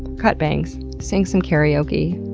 cut bangs. sing some karaoke.